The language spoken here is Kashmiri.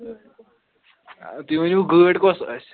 تُہۍ ؤنِو گٲڑۍ کۅس آسہِ